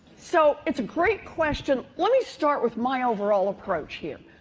so it's a great question. let me start with my overall approach here.